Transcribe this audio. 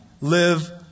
live